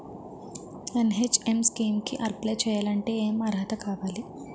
NHM scheme కి apply చేయాలి అంటే ఏ అర్హత కావాలి?